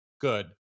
good